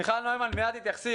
מיכל נוימן, מייד תתייחסי.